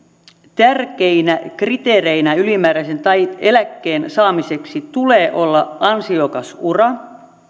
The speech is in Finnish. tärkeänä kriteerinä ylimääräisen eläkkeen saamiseksi tulee olla ansiokas ura